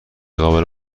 قابل